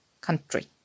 country